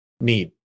need